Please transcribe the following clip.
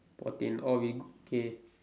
fourteen okay k